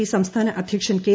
P സംസ്ഥാന അധ്യക്ഷൻ K